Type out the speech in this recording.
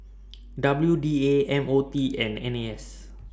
W D A M O T and N A S